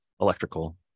electrical